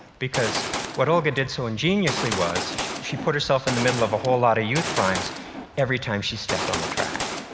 because what olga did so ingeniously was, she put herself in the middle of a whole lot of youth primes every time she stepped on the track.